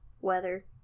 Weather